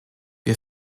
wir